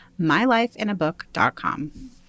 mylifeinabook.com